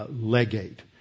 legate